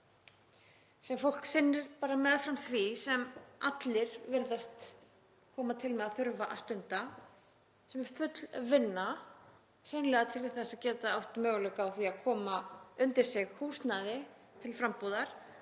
sem fólk sinnir bara meðfram því sem allir virðast koma til með að þurfa að stunda sem er full vinna, hreinlega til þess að geta átt möguleika á því að koma undir sig húsnæði til frambúðar,